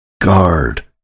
Guard